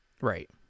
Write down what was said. Right